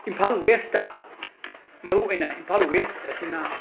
Imphal west ꯃꯔꯨꯑꯣꯏꯅ Imphal west ꯑꯁꯤꯅ